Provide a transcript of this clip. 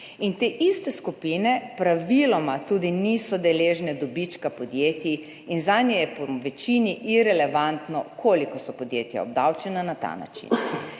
te iste skupine praviloma tudi niso deležne dobička podjetij in zanje je po večini irelevantno, koliko so podjetja obdavčena na ta način.